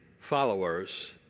followers